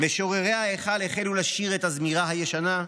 משוררי ההיכל החלו לשיר את הזמירה הישנה,